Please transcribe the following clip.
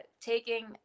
taking